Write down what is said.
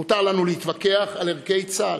מותר לנו להתווכח על ערכי צה"ל,